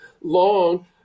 long